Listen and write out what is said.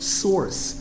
source